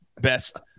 best